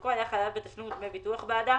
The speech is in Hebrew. ושמעסיקו היה חייב בתשלום דמי ביטוח בעדה